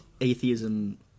atheism